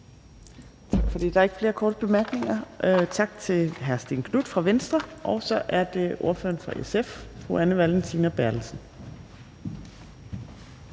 Tak for det. Der er ikke flere korte bemærkninger. Tak til hr. Stén Knuth fra Venstre, og så er det ordføreren fra SF, fru Anne Valentina Berthelsen.